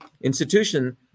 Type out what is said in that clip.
institution